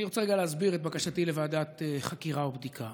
אני רוצה רגע להסביר את בקשתי לוועדת חקירה ובדיקה.